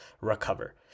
recover